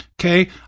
Okay